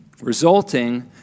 Resulting